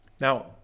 Now